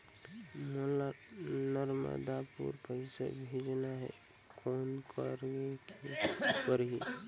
मोला नर्मदापुर पइसा भेजना हैं, कौन करेके परही?